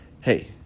hey